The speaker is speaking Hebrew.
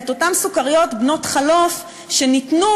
את אותן סוכריות בנות-חלוף שניתנו,